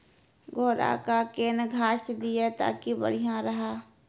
घोड़ा का केन घास दिए ताकि बढ़िया रहा?